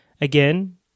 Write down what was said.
Again